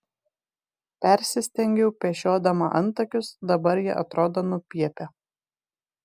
persistengiau pešiodama antakius dabar jie atrodo nupiepę